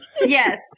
Yes